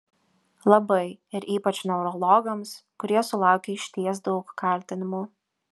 labai ir ypač neurologams kurie sulaukia išties daug kaltinimų